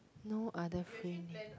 no other free day